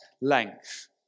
length